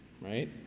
right